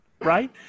right